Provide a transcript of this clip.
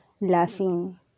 laughing